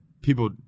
people